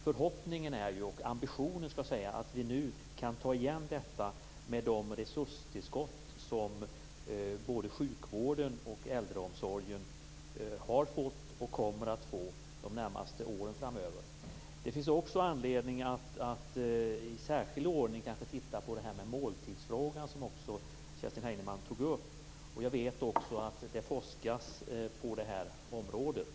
Förhoppningen - och ambitionen skall jag säga - är ju att vi nu kan ta igen detta med de resurstillskott som både sjukvården och äldreomsorgen har fått och kommer att få de närmaste åren. Det finns kanske också anledning att i särskild ordning titta på den här måltidsfrågan som Kerstin Heinemann tog upp. Jag vet också att det forskas på det området.